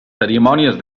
cerimònies